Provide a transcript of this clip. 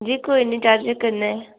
जी कोई निं चार्जर कन्नै